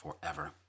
forever